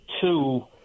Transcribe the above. two